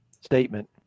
statement